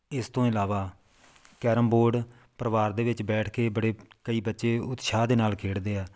ਇਸ ਤੋਂ ਇਲਾਵਾ ਕੈਰਮ ਬੋਰਡ ਪਰਿਵਾਰ ਦੇ ਵਿੱਚ ਬੈਠ ਕੇ ਬੜੇ ਕਈ ਬੱਚੇ ਉਤਸ਼ਾਹ ਦੇ ਨਾਲ ਖੇਡਦੇ ਆ